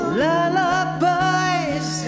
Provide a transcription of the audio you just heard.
lullabies